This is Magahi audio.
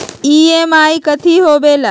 ई.एम.आई कथी होवेले?